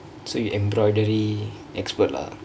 so you embroidery expert lah